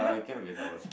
uh it cannot be a towel